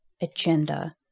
agenda